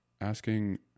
asking